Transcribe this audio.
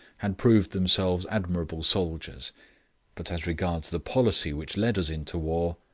had proved themselves admirable soldiers but as regards the policy which led us into war,